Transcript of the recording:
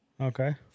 Okay